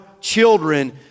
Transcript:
children